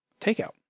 takeout